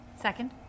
Second